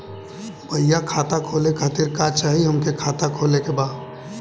भईया खाता खोले खातिर का चाही हमके खाता खोले के बा?